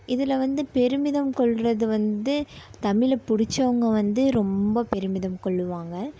இதில் வந்து பெருமிதம் கொள்வது வந்து தமிழை பிடிச்சவுங்க வந்து ரொம்ப பெருமிதம் கொள்ளுவாங்க